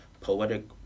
poetic